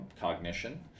cognition